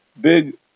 big